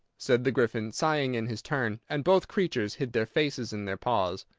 said the gryphon, sighing in his turn and both creatures hid their faces in their paws.